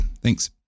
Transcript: Thanks